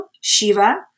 Shiva